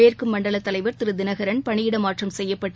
மேற்கு மண்டல தலைவர் திரு தினகரன் பணியிட மாற்றம் செய்யப்பட்டு